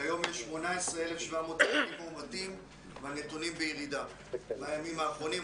כיום יש 18,700 מאומתים והנתונים בירידה מהימים האחרונים.